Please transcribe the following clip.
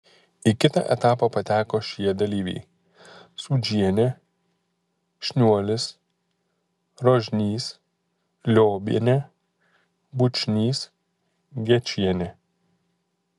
į kitą etapą pateko šie dalyviai sūdžienė šniuolis rožnys liobienė bučnys gečienė